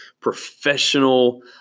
professional